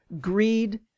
greed